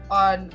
on